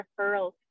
referrals